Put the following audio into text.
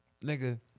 Nigga